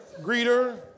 Greeter